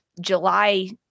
July –